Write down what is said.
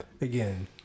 Again